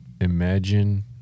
Imagine